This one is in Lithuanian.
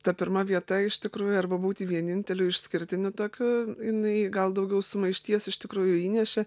ta pirma vieta iš tikrųjų arba būti vieninteliu išskirtiniu tokiu jinai gal daugiau sumaišties iš tikrųjų įnešė